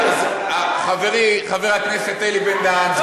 חברי חבר הכנסת אלי בן-דהן,